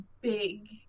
big